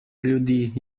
ljudi